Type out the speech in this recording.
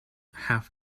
have